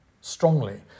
strongly